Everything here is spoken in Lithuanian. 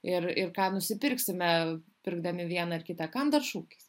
ir ir ką nusipirksime pirkdami vieną ar kitą kam dar šūkis